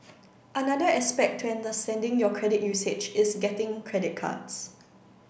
another aspect to understanding your credit usage is getting credit cards